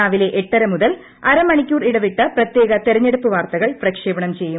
രാവിലെ എട്ടര മുതൽ അ് മണിക്കൂർ ഇടവിട്ട് പ്രത്യേക തെരഞ്ഞെടുപ്പ് വാർത്തകൾ പ്രക്ഷേപണം ചെയ്യും